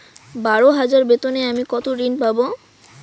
বারো হাজার বেতনে আমি কত ঋন পাব?